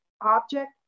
object